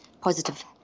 positive